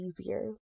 easier